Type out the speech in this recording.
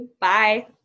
Bye